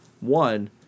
One